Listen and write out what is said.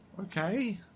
Okay